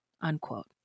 Unquote